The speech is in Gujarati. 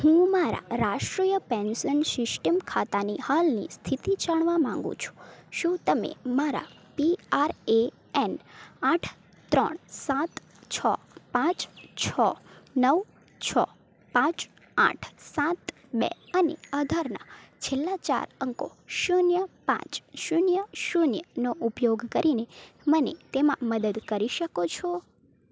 હું મારા રાષ્ટ્રિય પેન્સન સિસ્ટમ ખાતાની હાલની સ્થિતિ જાણવા માગું છું શું તમે મારા પી આર એ એન આઠ ત્રણ સાત છ પાંચ છ નવ છ પાંચ આઠ સાત બે અને આધારના છેલ્લા ચાર અંકો શૂન્ય પાંચ શૂન્ય શૂન્યનો ઉપયોગ કરીને મને તેમાં મદદ કરી શકો છો